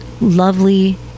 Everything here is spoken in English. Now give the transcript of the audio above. lovely